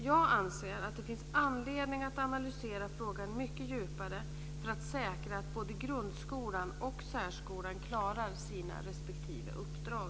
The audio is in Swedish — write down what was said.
Jag anser att det finns anledning att analysera frågan mycket djupare för att säkra att både grundskolan och särskolan klarar sina respektive uppdrag.